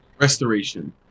Restoration